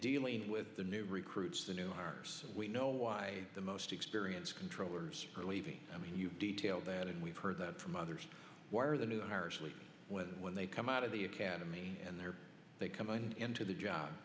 dealing with the new recruits the new hires we know why the most experienced controllers are leaving i mean you detail that and we've heard that from others why are the new harshly when when they come out of the academy and they're they coming into the job